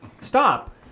stop